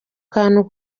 kantu